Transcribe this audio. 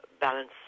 Balance